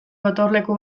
gotorleku